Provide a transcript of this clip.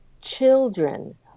children